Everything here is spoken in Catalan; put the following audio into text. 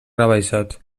rebaixat